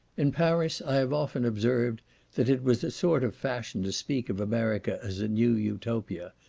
in paris i have often observed that it was a sort of fashion to speak of america as a new utopia,